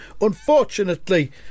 unfortunately